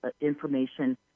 information